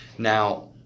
Now